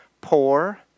poor